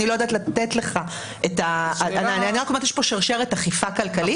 אני רק אומרת, יש פה שרשרת אכיפה כלכלית.